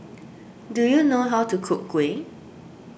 do you know how to cook Kuih